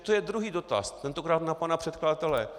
To je druhý dotaz, tentokrát na pana předkladatele.